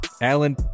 Alan